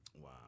wow